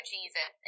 Jesus